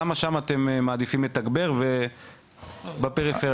למה שם אתם מעדיפים לתגבר ובפריפריה לא?